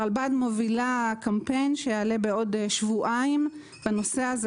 הרלב"ד מובילה קמפיין שיעלה בעוד שבועיים בנושא הזה